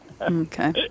Okay